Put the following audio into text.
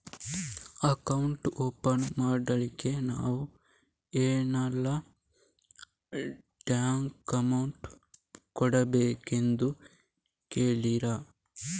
Account open ಮಾಡ್ಲಿಕ್ಕೆ ನಾವು ಏನೆಲ್ಲ ಡಾಕ್ಯುಮೆಂಟ್ ಕೊಡಬೇಕೆಂದು ಹೇಳ್ತಿರಾ?